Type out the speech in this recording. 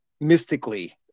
mystically